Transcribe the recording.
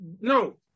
No